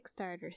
Kickstarter